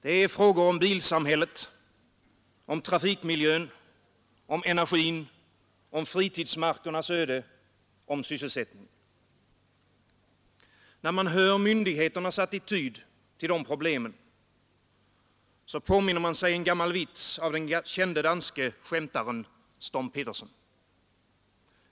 Det är frågor om bilsamhället, om trafikmiljön, om energin, om fritidsmarkernas öde, om sysselsättningen. När man hör myndigheternas attityd till dessa problem, påminner man sig en gammal vits av den kände danske skämtaren Storm Petersen.